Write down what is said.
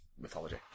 mythology